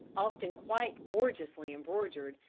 often quite gorgeously embroidered,